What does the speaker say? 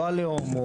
לא הלאום,